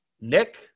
Nick